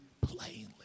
plainly